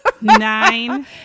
Nine